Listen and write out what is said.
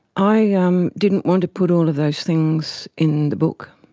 i ah um didn't want to put all of those things in the book.